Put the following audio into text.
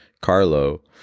Carlo